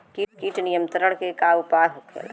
कीट नियंत्रण के का उपाय होखेला?